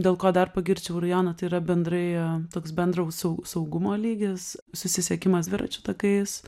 dėl ko dar pagirčiau rajoną tai yra bendrai toks bendro sau saugumo lygis susisiekimas dviračių takais